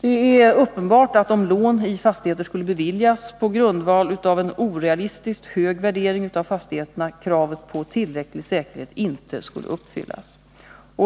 Det är uppenbart att om lån i fastigheter skulle beviljas på grundval av en orealistiskt hög värdering av fastigheterna, skulle kravet på tillräcklig säkerhet inte uppfyllas.